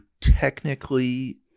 technically